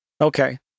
Okay